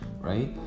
right